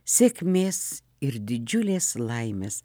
sėkmės ir didžiulės laimės